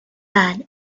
bad